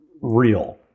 real